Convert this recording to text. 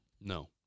No